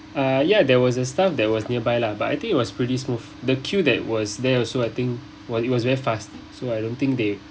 uh ya there was a staff that was nearby lah but I think it was pretty smooth the queue that was there also I think was it was very fast so I don't think they